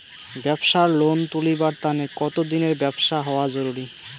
ব্যাবসার লোন তুলিবার তানে কতদিনের ব্যবসা হওয়া জরুরি?